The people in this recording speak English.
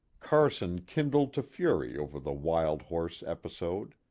carson kindled to fury over the wild-horse episode.